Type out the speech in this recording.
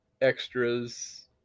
extras